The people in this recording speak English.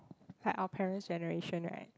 like our parents' generation right